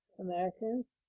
Americans